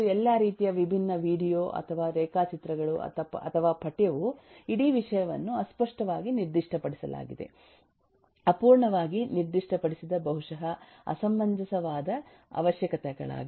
ಮತ್ತು ಎಲ್ಲಾ ರೀತಿಯ ವಿಭಿನ್ನ ವೀಡಿಯೊ ಅಥವಾ ರೇಖಾಚಿತ್ರಗಳು ಅಥವಾ ಪಠ್ಯವು ಇಡೀ ವಿಷಯವನ್ನು ಅಸ್ಪಷ್ಟವಾಗಿ ನಿರ್ದಿಷ್ಟಪಡಿಸಲಾಗಿದೆ ಅಪೂರ್ಣವಾಗಿ ನಿರ್ದಿಷ್ಟಪಡಿಸಿದ ಬಹುಶಃ ಅಸಮಂಜಸವಾದ ಅವಶ್ಯಕತೆಗಳಾಗಿವೆ